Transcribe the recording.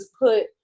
put